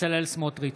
בצלאל סמוטריץ'